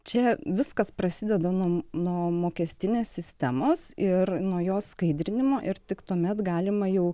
čia viskas prasideda nu nu mokestinės sistemos ir nuo jos skaidrinimo ir tik tuomet galima jau